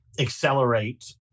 accelerate